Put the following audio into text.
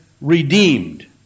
redeemed